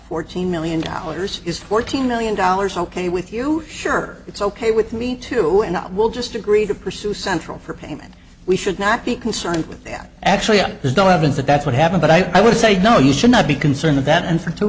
fourteen million dollars is fourteen million dollars ok with you sure it's ok with me to not we'll just agree to pursue central for payment we should not be concerned with that actually there's no evidence that that's what happened but i would say no you should not be concerned of that and for two